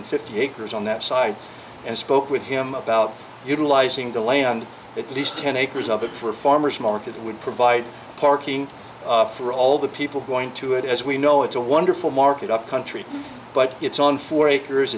hundred fifty acres on that side and spoke with him about utilizing the land at least ten acres of it for farmer's market would provide parking for all the people going to it as we know it's a wonderful market upcountry but it's on four acres